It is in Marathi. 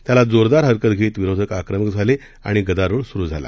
त्याला जोरदार हरकत घेत विरोधक आक्रमक झाले आणि गदारोळ सुरु झाला